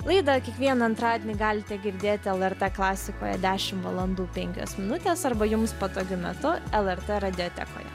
laidą kiekvieną antradienį galite girdėti lrt klasikoje dešim valandų penkios minutės arba jums patogiu metu lrt radiotekoje